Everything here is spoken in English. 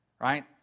right